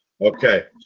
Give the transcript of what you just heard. okay